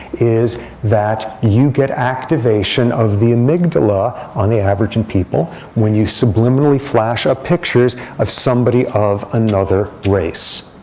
is that you get activation of the amygdala on the average in people when you subliminally flash up pictures of somebody of another race.